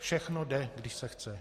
Všechno jde, když se chce.